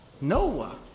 Noah